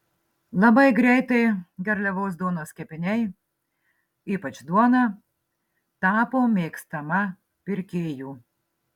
labai greitai garliavos duonos kepiniai ypač duona tapo mėgstama pirkėjų